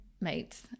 mates